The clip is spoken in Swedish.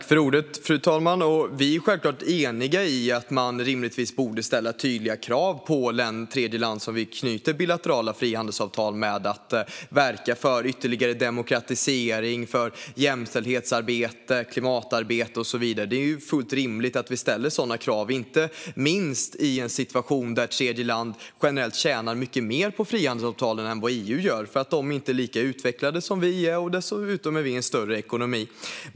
Fru talman! Vi är självfallet eniga om att vi rimligtvis borde ställa tydliga krav på tredjeländer som vi ingår bilaterala frihandelsavtal med när det gäller att verka för ytterligare demokratisering, jämställdhetsarbete, klimatarbete och så vidare. Det är fullt rimligt att ställa sådana krav, inte minst i en situation där tredjeländer generellt tjänar mycket mer på frihandelsavtalen än vad EU gör därför att de inte är lika utvecklade som vi och därför att vi dessutom är en större ekonomi.